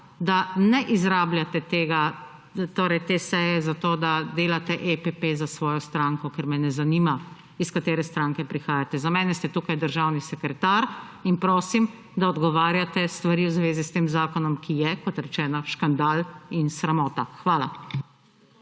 da ne izrabljate te seje za to, da delate EPP za svojo stranko, ker me ne zanima, iz katere stranke prihajate. Za mene ste tukaj državni sekretar in prosim, da odgovarjate stvari v zvezi s tem zakonom, ki je, kot rečeno, škandal in sramota. Hvala.